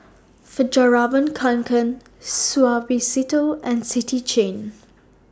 Fjallraven Kanken Suavecito and City Chain